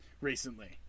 recently